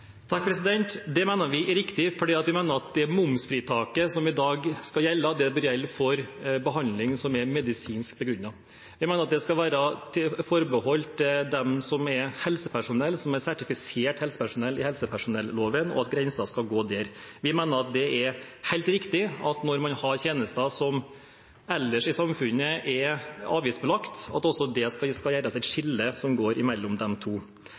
Det mener vi er riktig fordi vi mener at det momsfritaket som i dag skal gjelde, bør gjelde for behandling som er medisinsk begrunnet. Jeg mener at det skal være forbeholdt dem som er helsepersonell, som er sertifisert helsepersonell ifølge helsepersonelloven, og at grensen skal gå der. Vi mener at det er helt riktig når man har tjenester ellers i samfunnet som er avgiftsbelagt, at det også skal gjøres et skille som går mellom de to.